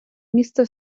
місце